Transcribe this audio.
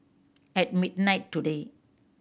at midnight today